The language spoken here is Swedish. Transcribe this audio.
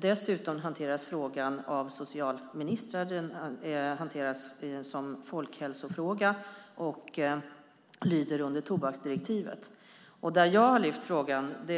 Dessutom hanteras frågan av socialministrarna som folkhälsofråga och lyder då under tobaksdirektivet. Jag har lyft fram frågan